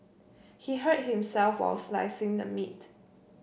he hurt himself while slicing the meat